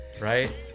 Right